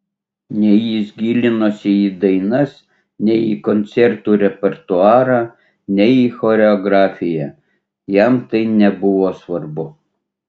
nei jis gilinosi į dainas nei į koncertų repertuarą nei į choreografiją jam tai nebuvo svarbu